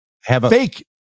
fake